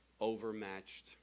overmatched